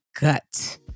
gut